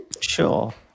Sure